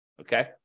Okay